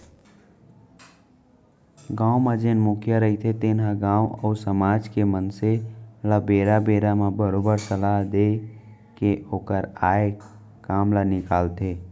गाँव म जेन मुखिया रहिथे तेन ह गाँव अउ समाज के मनसे ल बेरा बेरा म बरोबर सलाह देय के ओखर आय काम ल निकालथे